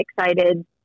excited